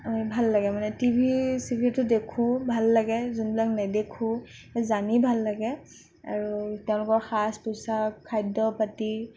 ভাল লাগে মানে টিভি চিভিটো দেখোঁ ভাল লাগে যোনবিলাক নেদেখোঁ জানি ভাল লাগে আৰু তেওঁলোকৰ সাজ পোচাক খাদ্য পাতি